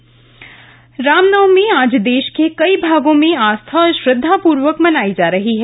राम नवमी राम नवमी आज देश के कई भागों में आस्था और श्रद्वापूर्वक मनाई जा रही है